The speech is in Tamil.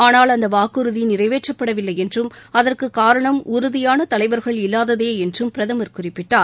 ஆளால் அந்த வாக்குறுதி நிறைவேற்றப்படவில்லை என்றும் அதற்கு காரணம் உறுதியான தலைவர்கள் இல்லாததே என்றும் பிரதமர் குறிப்பிட்டார்